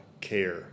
care